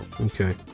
okay